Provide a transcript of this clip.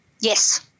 Yes